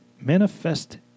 manifest